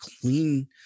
clean